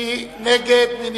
מי נגד?